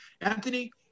Anthony